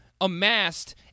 amassed